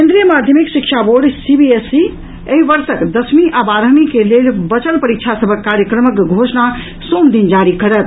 केंद्रीय माध्यमिक शिक्षा बोर्ड सीबीएसई एहि वर्षक दसमी आ बारहमी के शेष बचल परीक्षा सभक कार्यक्रमक आई घोषणा सोम दिन जारी करत